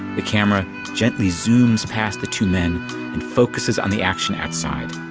the camera gently zooms past the two men and focuses on the action outside.